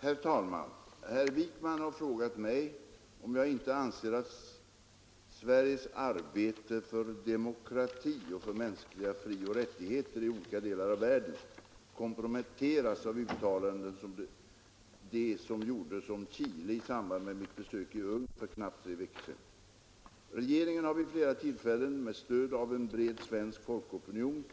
Herr talman! Herr Wijkman har frågat mig om jag inte anser att Sveriges arbete för demokrati och för mänskliga frioch rättigheter i olika delar av världen komprometteras av uttalanden som det som gjordes om Chile i samband med mitt besök i Ungern för knappt tre veckor sedan. Regeringen har vid ett flertal tillfällen, med stöd av en bred svensk folkopinion,